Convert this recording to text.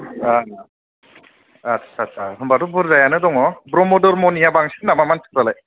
ओं आदसा आदसा होनबाथ' बुरजायानो दङ ब्रह्म धर्मनिआ बांसिन नामा मानसिफ्रालाय